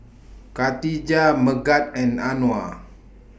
Katijah Megat and Anuar